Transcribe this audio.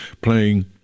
playing